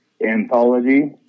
anthology